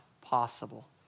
possible